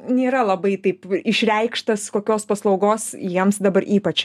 nėra labai taip išreikštas kokios paslaugos jiems dabar ypač